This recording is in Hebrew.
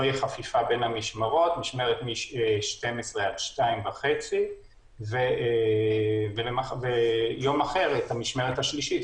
היא מ-12:00 14:30. ביום אחר עובדת המשמרת השלישית.